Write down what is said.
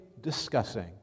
discussing